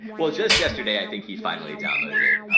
well, just yesterday, i think he finally downloaded it.